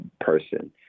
person